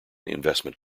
investment